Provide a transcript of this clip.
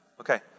Okay